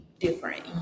different